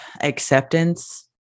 acceptance